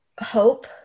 Hope